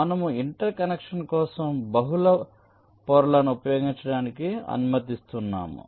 మనము ఇంటర్ కనెక్షన్ల కోసం బహుళ పొరలను ఉపయోగించడానికి అనుమతిస్తున్నాము